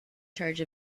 charge